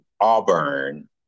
auburn